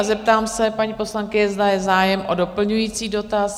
Zeptám se paní poslankyně, zda je zájem o doplňující dotaz?